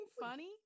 funny